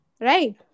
right